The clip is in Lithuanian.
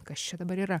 kas čia dabar yra